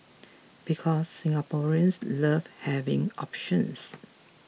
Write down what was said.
because Singaporeans love having options